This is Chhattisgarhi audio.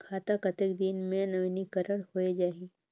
खाता कतेक दिन मे नवीनीकरण होए जाहि??